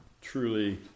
truly